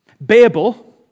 Babel